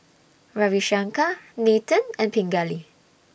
Ravi Shankar Nathan and Pingali